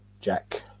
Jack